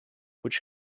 which